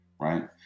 right